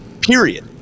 period